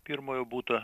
pirmojo būta